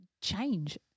change